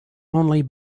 only